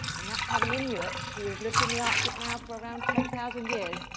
and that's how the inuit, who have lived in the arctic now for around ten thousand years,